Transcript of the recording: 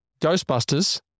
Ghostbusters